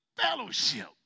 fellowship